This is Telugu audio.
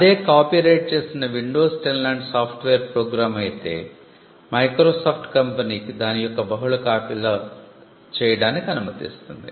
అదే కాపీరైట్ చేసిన విండోస్ 10 లాంటి సాఫ్ట్ వేర్ ప్రోగ్రామ్ అయితే మైక్రోసాఫ్ట్ కంపెనీకి దాని యొక్క బహుళ కాపీలు చేయడానికి అనుమతిస్తుంది